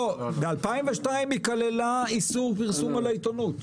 לא, ב-2002 היא כללה איסור פרסום בעיתונות.